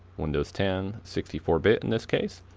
windows ten sixty four bit in this case,